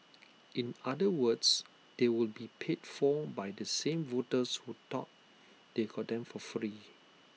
in other words they will be paid for by the same voters who thought they got them for free